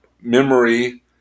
memory